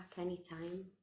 anytime